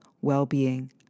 well-being